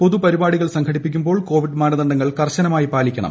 പൊതുപരിപാടികൾ സംഘടിപ്പിക്കുമ്പോൾ കോവിഡ് മാനദണ്ഡങ്ങൾ കർശനമായി പാലിക്കണം